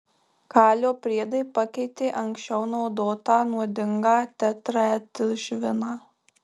kalio priedai pakeitė anksčiau naudotą nuodingą tetraetilšviną